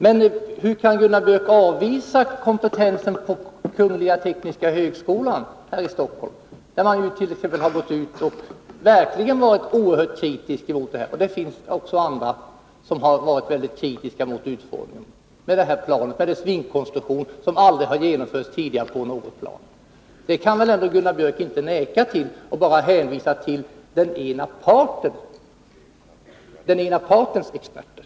Men hur kan Gunnar Björk avvisa kompetensen hos Tekniska högskolan här i Stockholm, som verkligen har varit oerhört kritisk emot detta? Även andra har varit kritiska mot utformningen av planet — mot exempelvis dess vingkonstruktion, som aldrig har genomförts tidigare på något plan. Gunnar Björk kan väl ändå inte neka till detta och bara hänvisa till den ena partens experter.